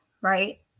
right